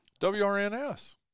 wrns